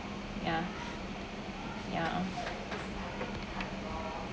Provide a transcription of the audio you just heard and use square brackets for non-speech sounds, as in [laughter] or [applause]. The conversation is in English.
ya [noise] ya [noise]